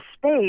space